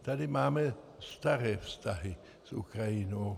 Tady máme staré vztahy s Ukrajinou.